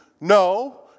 no